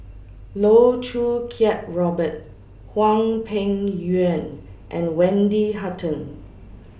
Loh Choo Kiat Robert Hwang Peng Yuan and Wendy Hutton